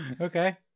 Okay